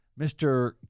Mr